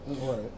Right